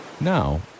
Now